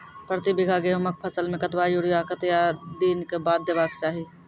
प्रति बीघा गेहूँमक फसल मे कतबा यूरिया कतवा दिनऽक बाद देवाक चाही?